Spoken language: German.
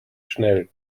schnell